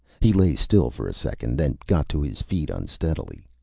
he lay still for a second, then got to his feet unsteadily.